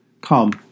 Come